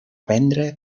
vendre